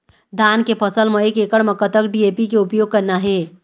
धान के फसल म एक एकड़ म कतक डी.ए.पी के उपयोग करना हे?